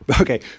Okay